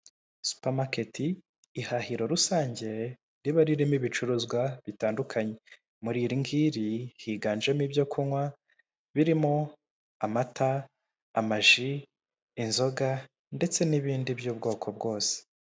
Supamaketi, ihahiro rusange riba ririmo ibicuruzwa bitandukanye, muri iri ngiri higanjemo ibyo kunywa birimo amata, amaji, inzoga ndetse n'ibindi by'ubwoko bwose.